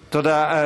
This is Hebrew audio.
תודה.